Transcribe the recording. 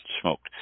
smoked